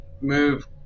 move